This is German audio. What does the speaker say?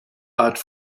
art